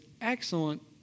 excellent